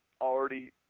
already